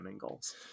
goals